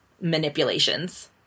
manipulations